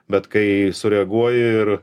bet kai sureaguoja ir